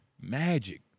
Magic